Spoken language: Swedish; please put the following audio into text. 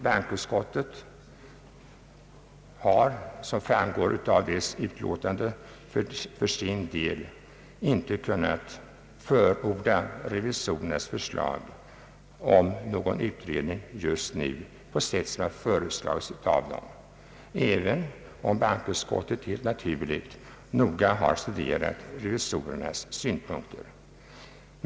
Bankoutskottet har, som framgår av dess utlåtande, för sin del inte kunnat tillstyrka revisorernas förslag om en sådan utredning som föreslagits av dem, även om bankoutskottet helt naturligt noga har studerat revisorernas synpunkter.